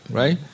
right